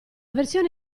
versione